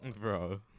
Bro